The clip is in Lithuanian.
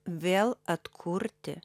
vėl atkurti